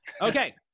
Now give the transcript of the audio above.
Okay